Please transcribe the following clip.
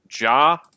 Ja